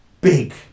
big